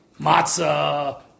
matzah